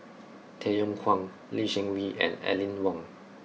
Tay Yong Kwang Lee Seng Wee and Aline Wong